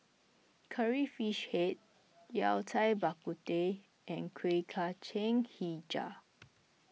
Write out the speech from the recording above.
Curry Fish Head Yao Cai Bak Kut Teh and Kuih Kacang HiJau